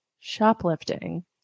shoplifting